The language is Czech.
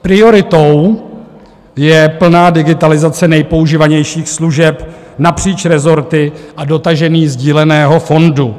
Prioritou je plná digitalizace nejpoužívanějších služeb napříč rezorty a dotažení sdíleného fondu.